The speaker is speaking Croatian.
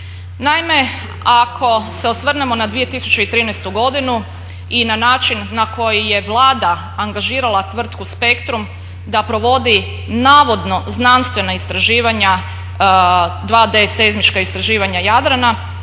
Naime, ako se osvrnemo na 2013. godinu i na način na koji je Vlada angažirala tvrtku Spektrum da provodi navodno znanstvena istraživanja 2D seizmička istraživanja Jadrana